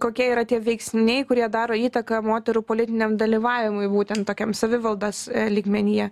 kokie yra tie veiksniai kurie daro įtaką moterų politiniam dalyvavimui būtent tokiam savivaldos lygmenyje